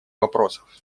вопросов